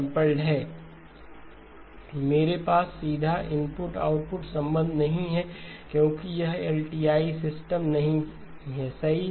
X11M k0M 1 X Y1 H X1 H ¿ मेरे पास सीधा इनपुट आउटपुट संबंध नहीं है क्योंकि यह LTI सिस्टम नहीं है सही